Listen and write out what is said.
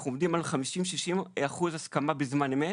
אנחנו עומדים על 60-50 אחוז הסכמה בזמן אמת.